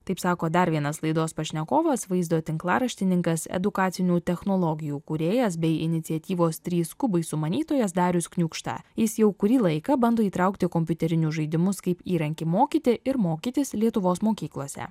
taip sako dar vienas laidos pašnekovas vaizdo tinklaraštininkas edukacinių technologijų kūrėjas bei iniciatyvos trys kubai sumanytojas darius kniūkšta jis jau kurį laiką bando įtraukti kompiuterinius žaidimus kaip įrankį mokyti ir mokytis lietuvos mokyklose